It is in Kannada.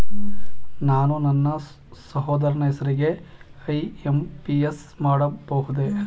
ನಾನು ನನ್ನ ಸಹೋದರನ ಹೆಸರಿಗೆ ಐ.ಎಂ.ಪಿ.ಎಸ್ ಮಾಡಬಹುದೇ?